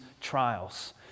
trials